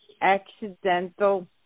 accidental